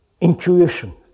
intuition